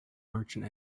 merchant